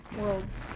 World's